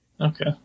Okay